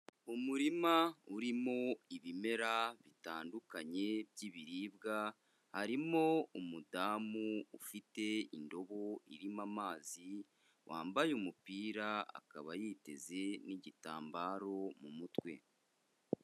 Umurima urimo ibimera bitandukanye by'ibiribwa, harimo umudamu ufite indobo irimo amazi, wambaye umupira akaba yiteze n'igitambaro mu mutwe.